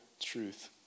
truth